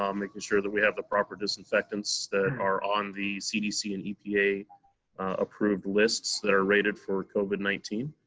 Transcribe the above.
um making sure that we have the proper disinfectants that are on the cdc and epa approved lists that are rated for covid nineteen,